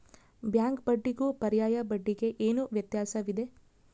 Bank ಬಡ್ಡಿಗೂ ಪರ್ಯಾಯ ಬಡ್ಡಿಗೆ ಏನು ವ್ಯತ್ಯಾಸವಿದೆ?